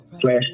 Flash